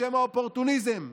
בשם האופורטוניזם,